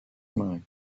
mind